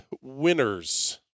winners